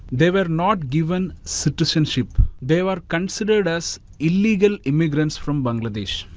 they were not given citizenship, they were considered as illegal immigrants from bangladesh.